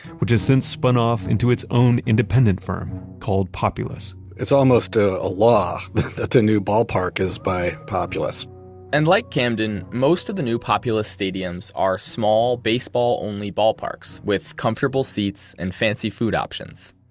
which has since spun off into its own independent firm called populous it's almost a ah law that the new ballpark is by populous and like camden, most of the new populous stadiums are small, baseball-only ballparks with comfortable seats and fancy food options.